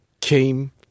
came